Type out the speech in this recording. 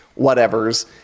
whatevers